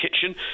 kitchen